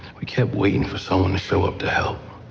we kept waiting for someone to show up to help.